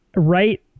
right